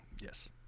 Yes